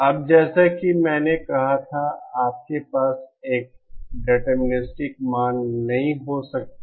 अब जैसा कि मैंने कहा था आपके पास एक डिटरमिनिस्टिक मान नहीं हो सकता